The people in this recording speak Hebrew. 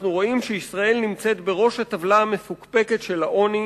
אנחנו רואים שישראל נמצאת בראש הטבלה המפוקפקת של העוני